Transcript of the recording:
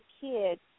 kids